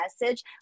message